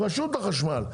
רשות החשמל.